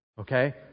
Okay